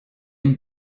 une